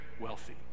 wealthy